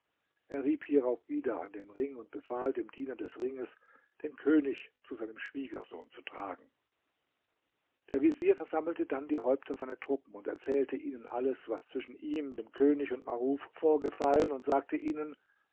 er rieb hierauf wieder an dem ring und befahl dem diener des ringes den könig zu seinem schwiegersohn zu tragen der vezier versammelte dann die häupter seiner truppen erzählte ihnen alles was zwischen ihm dem könig und maruf vorgefallen und sagte ihnen